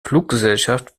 fluggesellschaft